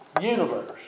universe